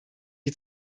die